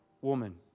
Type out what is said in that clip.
woman